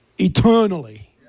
eternally